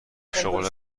شغل